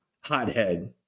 hothead